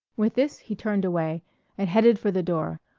with this he turned away and headed for the door,